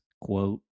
quote